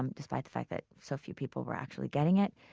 um despite the fact that so few people were actually getting it.